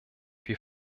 wir